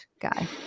guy